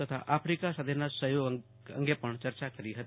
તથા આફિકા સાથેના સહયોગ અંગે પણ ચર્ચા કરી હતી